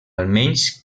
almenys